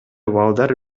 балдар